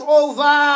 over